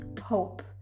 hope